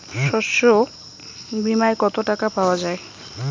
শস্য বিমায় কত টাকা পাওয়া যায়?